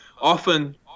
often